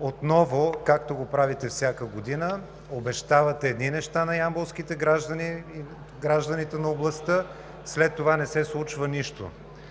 отново, както го правите всяка година, обещавате едни неща на ямболските граждани и гражданите на областта, след това не се случва нищо.